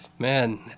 Man